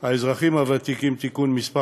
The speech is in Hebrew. האזרחים הוותיקים (תיקון מס'